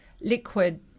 liquid